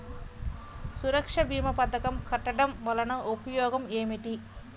సురక్ష భీమా పథకం కట్టడం వలన ఉపయోగం ఏమిటి?